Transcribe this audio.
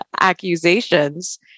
accusations